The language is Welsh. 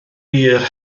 wir